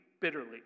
bitterly